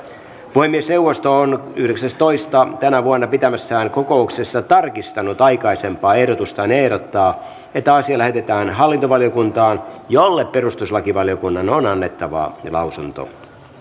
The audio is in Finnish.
puhemiesneuvosto on yhdeksäs toista kaksituhattaseitsemäntoista pitämässään kokouksessa tarkistanut aikaisempaa ehdotustaan ja ehdottaa että asia lähetetään hallintovaliokuntaan jolle perustuslakivaliokunnan on annettava lausunto